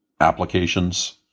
applications